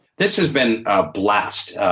this has been a blast.